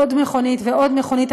עוד מכונית ועוד מכונית,